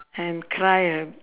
and cry uh